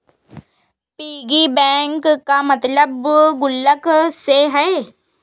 piggy bank का मतलब गुल्लक से है